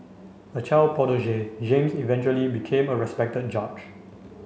a child prodigy James eventually became a respected judge